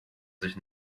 sich